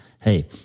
Hey